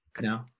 No